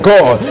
God